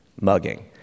mugging